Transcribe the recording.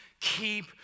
keep